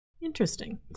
Interesting